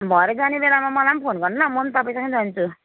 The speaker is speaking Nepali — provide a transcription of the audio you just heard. भरे जाने बेलामा मलाई पनि फोन गर्नु ल म पनि तपाईँसँगै जान्छु